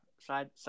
side